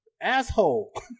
asshole